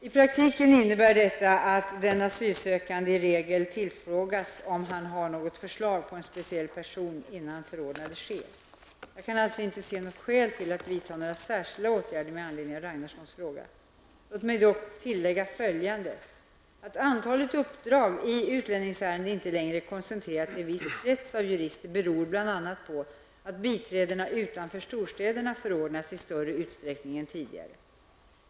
I praktiken innebär detta att den asylsökande i regel tillfrågas om han har något förslag på en speciell person innan förordnande sker. Jag kan alltså inte se något skäl till att vidta några särskilda åtgärder med anledning av Jan-Olof Ragnarssons fråga. Låt mig dock tillägga följande. Att uppdragen i utlänningsärenden inte längre är koncentrerade till en viss krets av jurister beror bl.a. på att biträden utanför storstäderna förordnas i större utsträckning än tidigare.